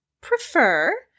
prefer